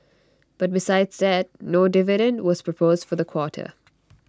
but besides that no dividend was proposed for the quarter